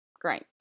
great